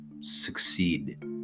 succeed